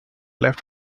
left